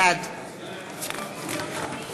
בעד